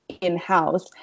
in-house